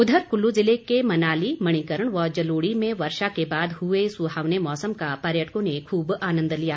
उधर कुल्लू जिले के मनाली मणिकर्ण व जलोड़ी में वर्षा के बाद हुए सुहावने मौसम का पर्यटकों ने खूब आनंद लिया